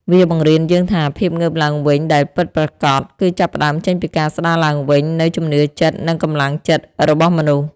វាបង្រៀនយើងថា ភាពងើបឡើងវិញដែលពិតប្រាកដ គឺចាប់ផ្ដើមចេញពីការស្ដារឡើងវិញនូវ ជំនឿចិត្ត និងកម្លាំងចិត្ត របស់មនុស្ស។